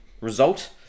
result